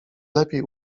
lepiej